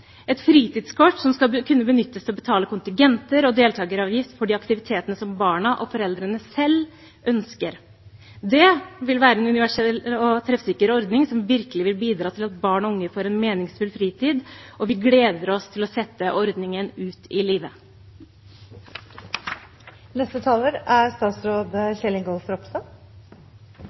et fritidskort som skal kunne benyttes til å betale kontingenter og deltakeravgift for de aktivitetene som barna og foreldrene selv ønsker. Det vil være en universell og treffsikker ordning som virkelig vil bidra til at barn og unge får en meningsfull fritid. Vi gleder oss til å sette ordningen ut i livet. En aktiv, trygg og god fritid er